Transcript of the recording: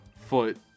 foot